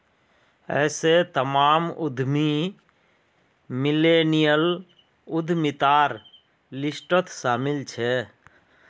ऐसे तमाम उद्यमी मिल्लेनियल उद्यमितार लिस्टत शामिल छे